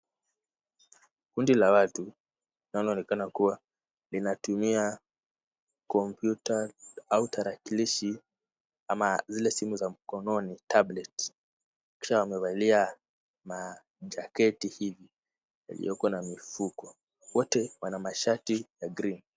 Kundi la watu linaloonekana kuwa linatumia kompyuta au tarakilishi ama zile simu za mkononi tablets .Kisha wamevalia majaketi hivi iliyoko na mifuko. Wote wana shati za green .